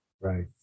Right